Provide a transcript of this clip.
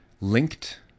linked